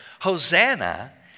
Hosanna